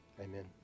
Amen